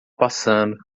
passando